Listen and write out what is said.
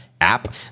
app